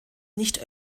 nicht